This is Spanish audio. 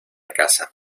casa